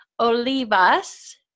Olivas